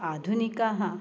आधुनिकाः